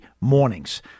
mornings